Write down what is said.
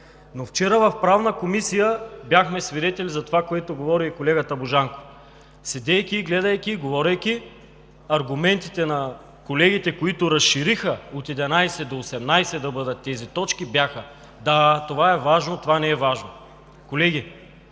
Но вчера в Правната комисия бяхме свидетели за това, което говори и колегата Божанков. Седейки, гледайки и говорейки, аргументите на колегите, които разшириха от 11 до 18 да бъдат тези точки, бяха: да, това е важно, това не е важно. Колеги,